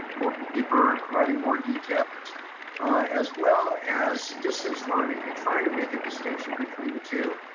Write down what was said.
deeper and providing more details as well as distance learning and trying to make a distinction between the two.